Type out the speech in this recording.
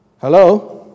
Hello